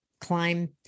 climb